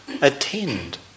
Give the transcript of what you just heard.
attend